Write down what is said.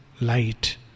light